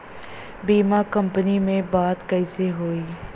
बीमा कंपनी में बात कइसे होई?